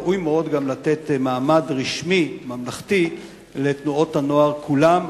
ראוי מאוד לתת מעמד רשמי ממלכתי גם לתנועות הנוער כולן,